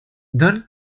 dann